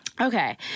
Okay